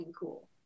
cool